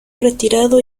retirado